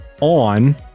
on